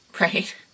Right